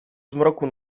zmroku